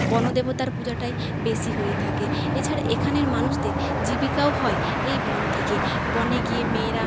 বনদেবতার পূজাটাই বেশি হয়ে থাকে এছাড়া এখানের মানুষদের জীবিকাও হয় এই বন থেকে বনে গিয়ে মেয়েরা